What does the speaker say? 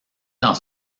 dans